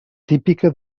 típica